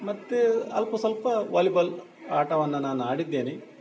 ಮತ್ತು ಅಲ್ಪಸ್ವಲ್ಪ ವಾಲಿಬಾಲ್ ಆಟವನ್ನು ನಾನು ಆಡಿದ್ದೇನೆ